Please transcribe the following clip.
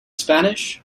spanish